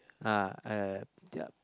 ah uh their